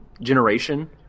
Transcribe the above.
generation